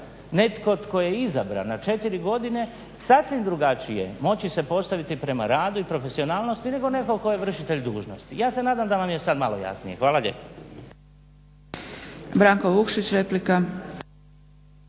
netko tko je izabran na četiri godine sasvim drugačije moći se postaviti prema radu i profesionalnosti nego netko tko je vršitelj dužnosti. Ja se nadam da vam je sad malo jasnije. Hvala lijepa.